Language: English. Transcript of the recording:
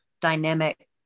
dynamic